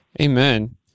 Amen